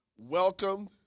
welcome